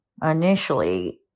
initially